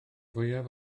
fwyaf